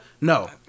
No